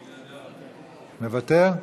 מוותר,